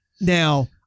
Now